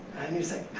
and you say,